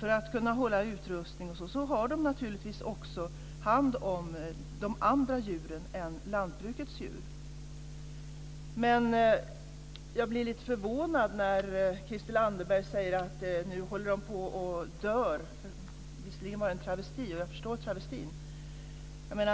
för att kunna hålla utrustning har de naturligtvis också hand om de andra djuren än lantbrukets djur. Jag blir lite förvånad när Christel Anderberg säger att veterinärerna håller på att dö. Det var visserligen bara en travesti, och jag förstår travestin.